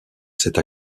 cette